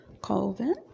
Colvin